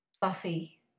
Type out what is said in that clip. Buffy